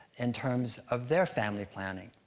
in terms of their family planning.